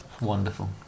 Wonderful